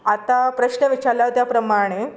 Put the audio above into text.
आतां प्रस्न विचारला त्या प्रमाणे